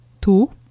Two